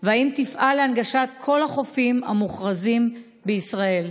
2. האם תפעל להנגשת כל החופים המוכרזים בישראל?